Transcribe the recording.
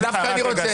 רוצה.